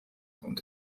und